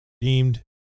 deemed